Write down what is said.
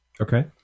okay